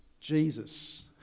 Jesus